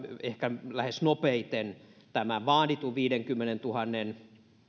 ehkä lähes nopeiten tämän vaaditun viidenkymmenentuhannen